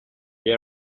they